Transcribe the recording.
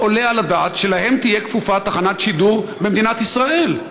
לא עולה על הדעת שלהם תהיה כפופה תחנת שידור במדינת ישראל.